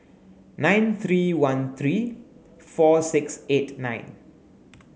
nine three one three four six eight nine